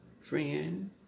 friend